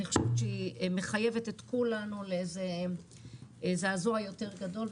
אני חושבת שהיא מחייבת את כולנו לזעזוע יותר גדול.